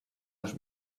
los